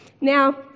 Now